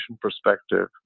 perspective